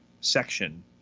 section